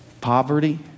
Poverty